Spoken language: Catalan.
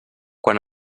quan